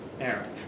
Aaron